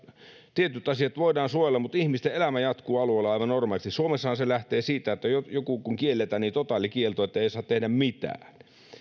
tiettyjä asioita voidaan suojella mutta ihmisten elämä jatkuu alueella aivan normaalisti suomessahan lähdetään siitä että kun joku kielletään niin totaalikielto että ei saa tehdä mitään